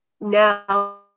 now